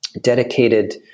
dedicated